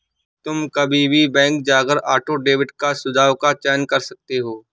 तुम कभी भी बैंक जाकर ऑटो डेबिट का सुझाव का चयन कर सकते हो